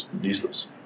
useless